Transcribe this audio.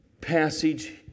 passage